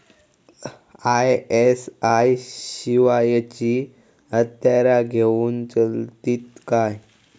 ISI शिवायची हत्यारा घेऊन चलतीत काय?